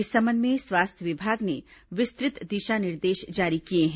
इस संबंध में स्वास्थ्य विभाग ने विस्तृत दिशा निर्देश जारी किए हैं